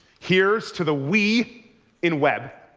here's to the we in web.